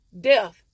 death